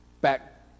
back